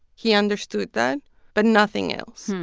he understood that but nothing else.